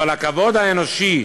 אבל הכבוד האנושי,